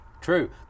True